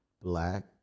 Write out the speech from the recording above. black